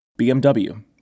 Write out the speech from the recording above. BMW